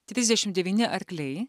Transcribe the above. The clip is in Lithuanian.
trisdešim devyni arkliai